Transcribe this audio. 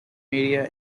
media